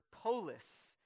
polis